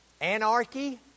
Anarchy